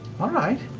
all right,